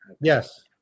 Yes